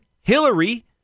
Hillary